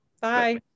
Bye